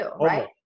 right